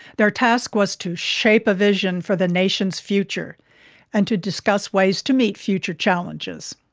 their task was to shape a vision for the nation's future and to discuss ways to meet future challenges.